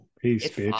Peace